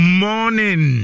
morning